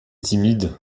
timide